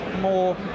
more